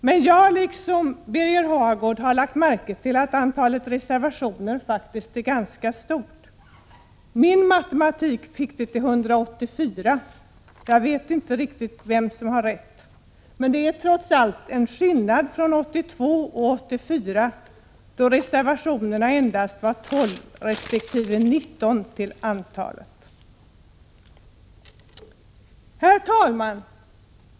Men jag har, liksom Birger Hagård, lagt märke till att antalet reservationer faktiskt är ganska stort. Min matematik fick det till 184 stycken, och jag vet inte riktigt vem som har rätt. Det är trots allt en skillnad gentemot 1982 och 1984 då reservationerna endast var 12 resp. 19 till antalet. Herr talman!